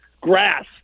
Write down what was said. grass